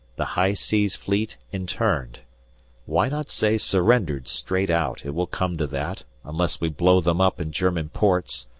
the high seas fleet interned why not say surrendered straight out, it will come to that, unless we blow them up in german ports.